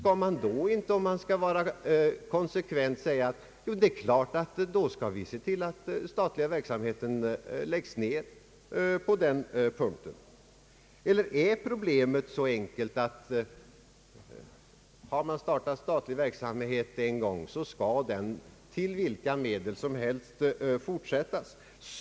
Om så sker, skall man väl vara konsekvent och se till att den statliga verksamheten läggs ner på den punkten. Eller är problemet så enkelt att om man har startat statlig verksamhet en gång, så skall den till varje pris fortsättas?